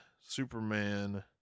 Superman